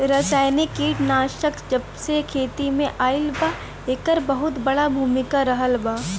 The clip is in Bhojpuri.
रासायनिक कीटनाशक जबसे खेती में आईल बा येकर बहुत बड़ा भूमिका रहलबा